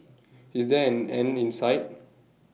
is there an end in sight